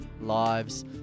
lives